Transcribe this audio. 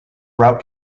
route